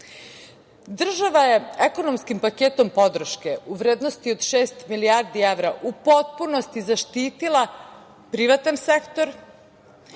lica. Država je ekonomskim paketom podrške u vrednosti od šest milijardi evra, u potpunosti zaštitila privatan sektor